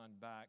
back